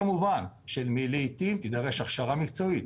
כמובן שלעתים תידרש הכשרה מקצועית,